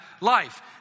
life